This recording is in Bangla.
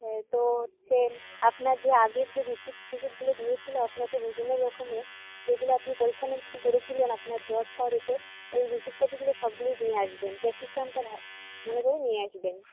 হ্যাঁ তো সেম আপনার যে আগের যে রিসিট টিসিপগুলো দিয়েছিল আপনাকে বিভিন্ন রকমের যেগুলো আপনি পরীক্ষানিরীক্ষা করেছিলেন আপনার জ্বর ঠর এসে ওই রিসিপ কপিগুলো সবগুলোই নিয়ে আসবেন প্রেসক্রিপশনটা ভা মনে করে নিয়ে আসবেন